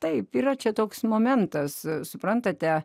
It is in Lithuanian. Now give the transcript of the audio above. taip yra čia toks momentas suprantate